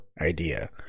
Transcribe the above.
idea